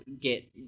get